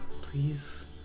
Please